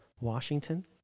Washington